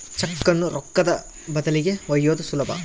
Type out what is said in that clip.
ಚೆಕ್ಕುನ್ನ ರೊಕ್ಕದ ಬದಲಿಗಿ ಒಯ್ಯೋದು ಸುಲಭ